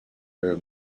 are